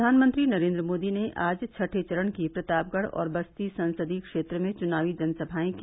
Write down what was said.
प्रधानमंत्री नरेन्द्र मोदी ने आज छठें चरण की प्रतापगढ़ और बस्ती संसदीय क्षेत्र में चुनावी जनसंभायें की